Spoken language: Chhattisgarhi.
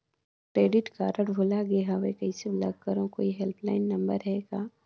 क्रेडिट कारड भुला गे हववं कइसे ब्लाक करव? कोई हेल्पलाइन नंबर हे का?